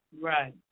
Right